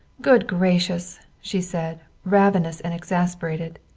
good gracious! she said, ravenous and exasperated.